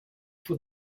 for